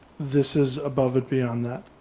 this is above and beyond that,